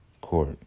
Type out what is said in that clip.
Court